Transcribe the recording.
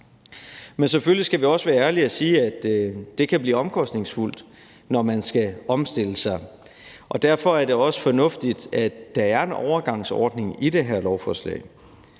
Men selvfølgelig skal vi også være ærlige og sige, at det kan blive omkostningsfuldt, når man skal omstille sig. Og derfor er det også fornuftigt, at der er en overgangsordning i det her lovforslag.